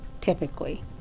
typically